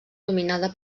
dominada